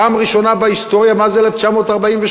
פעם ראשונה בהיסטוריה מאז 1948,